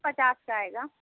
पचास का आयेगा